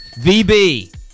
VB